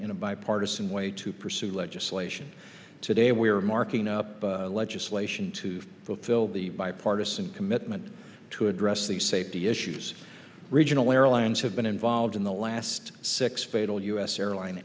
in a bipartisan way to pursue legislation today we are marking up legislation to fulfill the bipartisan commitment to address the safety issues regional airlines have been involved in the last six fatal us airline